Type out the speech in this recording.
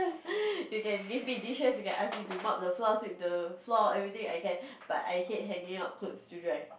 you can give me dishes you can ask me to mop the floor sweep the floor everything I can but I hate hanging out clothes to dry